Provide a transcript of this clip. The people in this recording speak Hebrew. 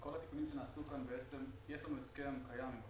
כל התיקונים שנעשו כאן בעצם יש לנו הסכם קיים עם ארצות-הברית,